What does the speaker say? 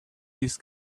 this